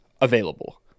available